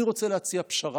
אני רוצה להציע פשרה.